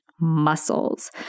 muscles